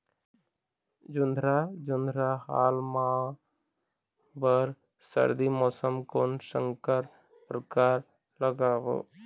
जोंधरा जोन्धरा हाल मा बर सर्दी मौसम कोन संकर परकार लगाबो?